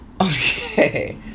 Okay